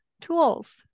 tools